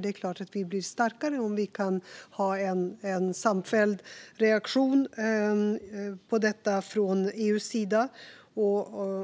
Det är klart att vi blir starkare om EU har en samfälld reaktion,